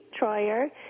Troyer